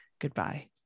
goodbye